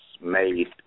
made